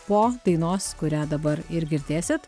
po dainos kurią dabar ir girdėsit